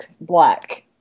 Black